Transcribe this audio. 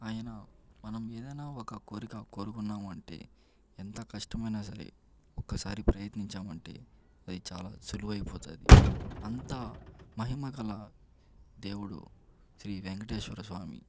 ఆయన మనమేదైనా ఒక కోరిక కోరుకున్నామంటే ఎంత కష్టమైన సరే ఒకసారి ప్రయత్నించామంటే అది చాలా సులువైపోతుంది అంత మహిమ గల దేవుడు శ్రీ వేంకేటేశ్వర స్వామి